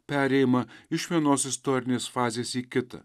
perėjimą iš vienos istorinės fazės į kitą